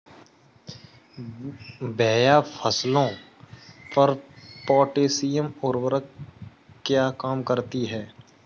भैया फसलों पर पोटैशियम उर्वरक क्या काम करती है?